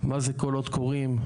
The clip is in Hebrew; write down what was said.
מה זה קולות קוראים,